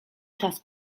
czas